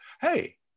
hey